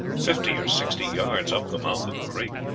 fifty or sixty yards up the mouth of the creek.